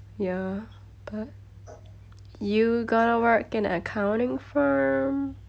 ya but you gonna work in accounting firm